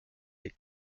est